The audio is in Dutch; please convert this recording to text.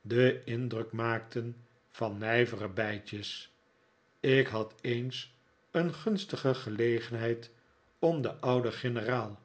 den indruk maakten van nijvere bijtjes ik had eens een gunstige gelegenheid om den ouden generaal